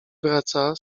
wraca